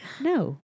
No